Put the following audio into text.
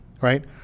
right